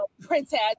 princess